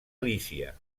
lícia